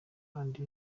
andi